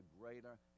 greater